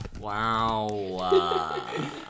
Wow